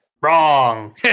Wrong